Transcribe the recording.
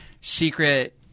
secret –